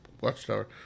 Watchtower